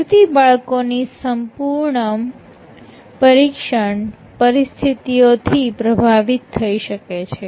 સંસ્કૃતિ બાળકોની સંપૂર્ણ પરીક્ષણ પરિસ્થિતિ ઓથી પ્રભાવિત થઈ શકે છે